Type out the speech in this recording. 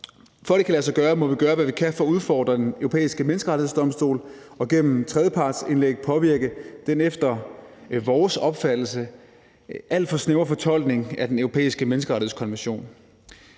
For at det kan lade sig gøre, må vi gøre, hvad vi kan for at udfordre Den Europæiske Menneskerettighedsdomstol og gennem tredjepartsindlæg påvirke den efter vores opfattelse alt for snævre fortolkning af Den Europæiske Menneskerettighedskonvention.